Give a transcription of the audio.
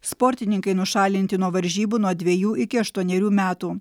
sportininkai nušalinti nuo varžybų nuo dvejų iki aštuonerių metų